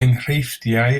enghreifftiau